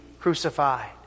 crucified